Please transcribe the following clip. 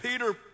Peter